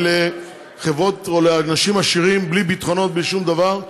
לחברות או לאנשים עשירים בלי ביטחונות ובלי שום דבר.